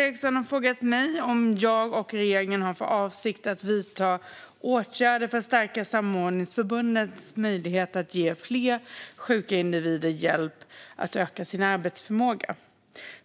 Eriksson har frågat mig om jag och regeringen har för avsikt att vidta åtgärder för att stärka samordningsförbundens möjligheter att ge fler sjuka individer hjälp att öka sin arbetsförmåga.